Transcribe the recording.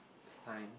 a sign